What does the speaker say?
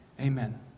Amen